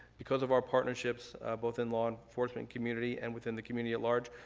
because of our partnerships both in law enforcement community and within the community at large,